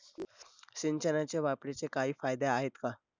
सिंचनाच्या वापराचे काही फायदे आहेत का?